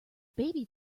baby